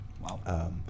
Wow